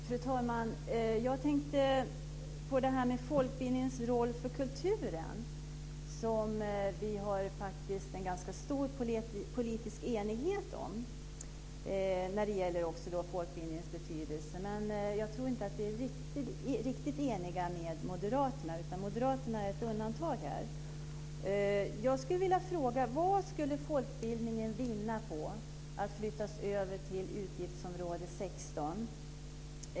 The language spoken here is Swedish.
Fru talman! Jag tänker på folkbildningens roll och betydelse för kulturen, som vi har en ganska stor politisk enighet om. Men jag tror inte att vi är riktigt eniga med Moderaterna, utan de är ett undantag här. Vad, mer än de två påsar som Jan Backman pratar om, skulle folkbildningen vinna på att flyttas över till utgiftsområde 16?